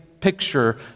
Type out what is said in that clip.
picture